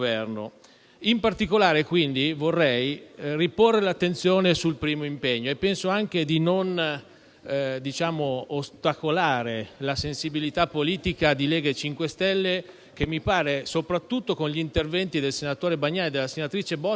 In particolare, vorrei riportare l'attenzione sul primo impegno e penso anche di non ostacolare la sensibilità politica di Lega e MoVimento 5 stelle che, mi pare, soprattutto con gli interventi del senatore Bagnai e della senatrice Bottici,